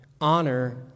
honor